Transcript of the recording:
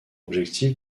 objectif